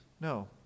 No